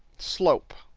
slope.